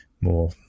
more